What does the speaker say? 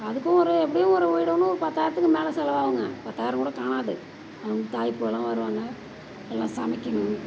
அதுக்கும் ஒரு எப்படியும் ஒரு வீடு ஒன்று பத்தாயிரத்துக்கு மேல் செலவாகுங்க பத்தாயிரம் கூட காணாது அவங்க தாய் புள்ளைலாம் வருவாங்க எல்லாம் சமைக்கணும்